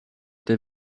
der